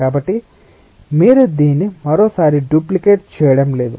కాబట్టి మీరు దీన్ని మరోసారి డూప్లికేట్ చేయడం లేదు